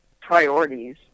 priorities